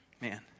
Man